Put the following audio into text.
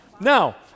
Now